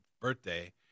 birthday